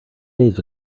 days